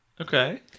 Okay